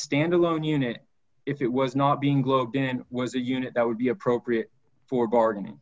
stand alone unit if it was not being globe in was a unit that would be appropriate for gardening